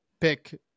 pick